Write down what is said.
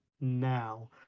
now